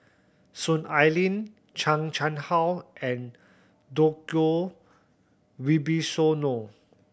Soon Ai Ling Chan Chang How and Djoko Wibisono